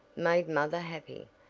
made mother happy,